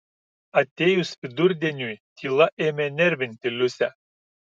atėjus vidurdieniui tyla ėmė nervinti liusę